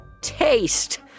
Taste